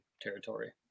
territory